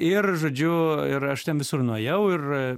ir žodžiu ir aš ten visur nuėjau ir